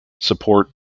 support